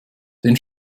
den